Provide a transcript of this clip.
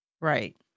right